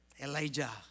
Elijah